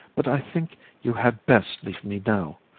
but i think you had best leave me now.